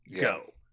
Go